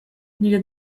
nire